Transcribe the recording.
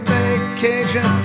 vacation